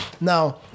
Now